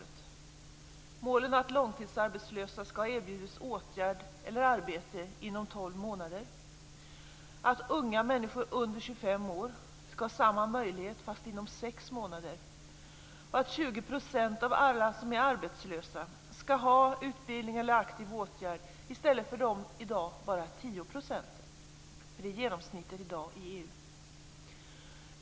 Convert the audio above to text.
Det är målen att långtidsarbetslösa skall ha erbjudits åtgärder eller arbete inom tolv månader, att unga människor under 25 år skall ha samma möjlighet fast inom sex månader och att 20 % av alla som är arbetslösa skall ha utbildning eller aktiva åtgärder i stället för i dag bara 10 %- det är genomsnittet i EU i dag.